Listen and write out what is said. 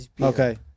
Okay